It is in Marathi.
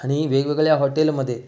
आणि वेगवेगळ्या हॉटेलमध्ये